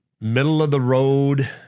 middle-of-the-road